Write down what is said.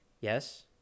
Yes